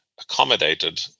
accommodated